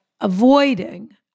avoiding